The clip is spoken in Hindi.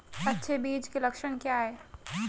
अच्छे बीज के लक्षण क्या हैं?